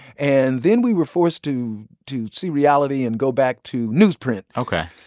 and then we were forced to to see reality and go back to newsprint ok.